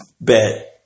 Bet